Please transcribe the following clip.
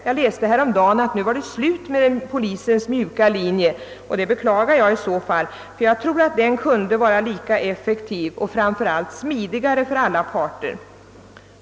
Jag läste härom dagen att det nu var slut med polisens »mjuka linje», vilket jag i så fall beklagar, ty jag tror att denna kunde vara lika effektiv och framför allt smidigare för alla parter.